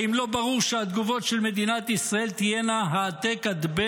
האם לא ברור שהתגובות של מדינת ישראל תהיינה העתק-הדבק